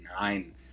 nine